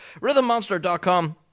rhythmmonster.com